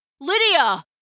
Lydia